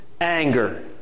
anger